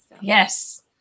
Yes